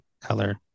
color